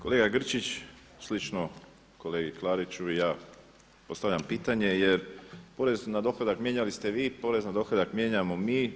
Kolega Grčić, slično kolegi Klariću ja postavljam pitanje jer porez na dohodak mijenjali ste vi, porez na dohodak mijenjamo mi.